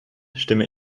stimme